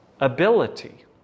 ability